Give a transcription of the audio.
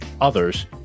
others